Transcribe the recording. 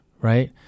right